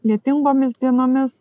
lietingomis dienomis